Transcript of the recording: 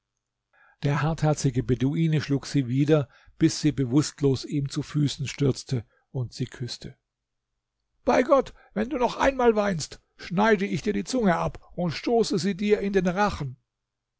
der hartherzige beduine schlug sie wieder bis sie bewußtlos ihm zu füßen stürzte und sie küßte dann sagte er bei gott wenn du noch einmal weinst schneide ich dir die zunge ab und stoße sie dir in den rachen